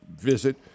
visit